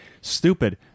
stupid